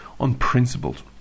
unprincipled